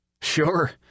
Sure